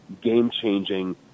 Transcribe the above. game-changing